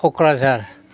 Kokrajhar